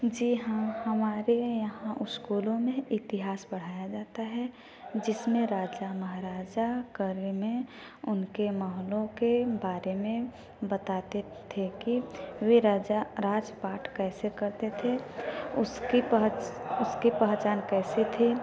जी हाँ हमारे यहाँ स्कूलों में इतिहास पढ़ाया जाता है जिसमें राजा महाराजा कार्य में उनके महलों के बारे में बताते थे कि वे राजा राजपाट कैसे करते थे उसकी उसकी पहचान कैसी थी